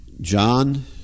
John